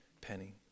penny